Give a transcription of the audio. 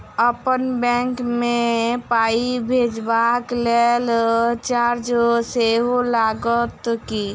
अप्पन बैंक मे पाई भेजबाक लेल चार्ज सेहो लागत की?